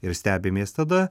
ir stebimės tada